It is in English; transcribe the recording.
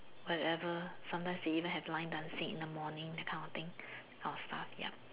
whatever sometimes they even have line dancing in the morning that kind of thing that kind of stuff yup